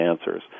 answers